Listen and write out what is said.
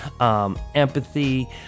empathy